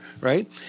right